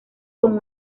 con